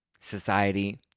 society